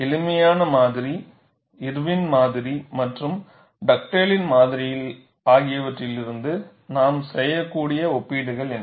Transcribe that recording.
எளிமையான மாதிரி இர்வின் மாதிரி மற்றும் டக்டேலின் மாதிரி ஆகியவற்றிலிருந்து நாம் செய்யக்கூடிய ஒப்பீடுகள் என்ன